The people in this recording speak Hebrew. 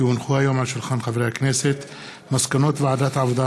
כי הונחו היום על שולחן הכנסת מסקנות ועדת העבודה,